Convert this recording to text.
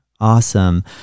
awesome